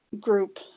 group